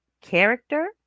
character